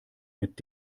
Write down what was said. mit